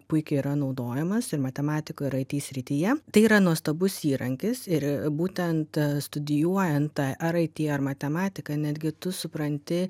puikiai yra naudojamas ir matematikoj ir it srityje tai yra nuostabus įrankis ir būtent studijuojant ar it ar matematiką netgi tu supranti